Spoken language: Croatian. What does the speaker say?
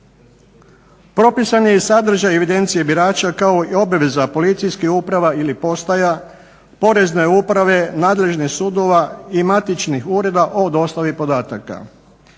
Propisan je i sadržaj evidencije birača kao i obveza policijskih uprava ili postaja, Porezne uprave, nadležnih sudova i matičnih ureda o dostavi podataka.